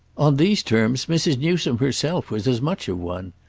on these terms mrs. newsome herself was as much of one.